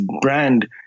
brand